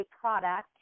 product